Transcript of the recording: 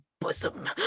bosom